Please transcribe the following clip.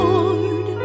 Lord